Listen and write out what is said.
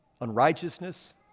unrighteousness